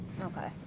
Okay